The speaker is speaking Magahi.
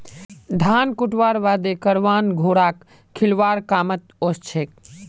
धान कुटव्वार बादे करवान घोड़ाक खिलौव्वार कामत ओसछेक